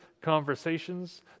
conversations